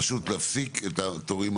פשוט להפסיק את התורים,